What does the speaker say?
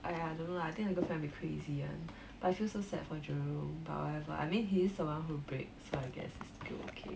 !aiya! I don't know lah I think the girlfriend a bit crazy one but I feel so sad for jerome but whatever I mean he is the one who breaks so I guess it's like still okay